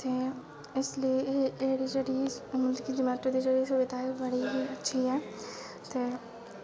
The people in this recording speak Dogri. ते इसलेई एह् एह्ड़ी जेह्ड़ी मतलव कि जोमैटो दी जेह्ड़ी सुविधा ऐ एह् बड़ी ही अच्छी ऐ ते